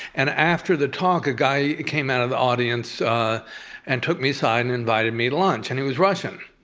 and after the talk, a guy came out of the audience and took me aside and invited me to lunch, and he was russian,